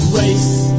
race